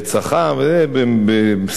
בשיא הקלות,